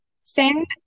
send